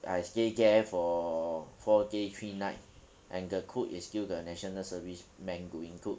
I stay there for four day three night and the cook is still the national service man doing cook